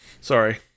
sorry